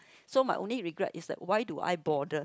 so my only regret is why do I bother